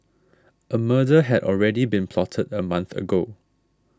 a murder had already been plotted a month ago